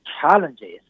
challenges